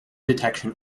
detection